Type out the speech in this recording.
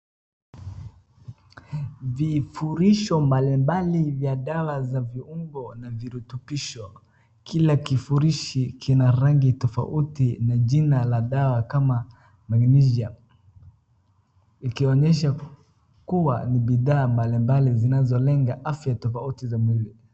Vifurisho mbalimbali vya dawa za viumbo na virutubisho. Kila kifurishi kina rangi tofauti na jina la dawa kama Magnesium ikionyesha kuwa ni bidhaa mbalimbali zinazolenga afya tofauti za mwili.